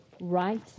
right